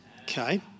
okay